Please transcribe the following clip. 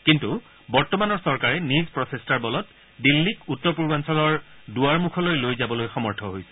কিন্তু বৰ্তমানৰ চৰকাৰে নিজ প্ৰচেষ্টাৰ বলত দিল্লীক উত্তৰ পূৰ্বাঞ্চলৰ দুৱাৰমুখলৈ লৈ যাবলৈ সমৰ্থ হৈছে